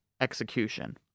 execution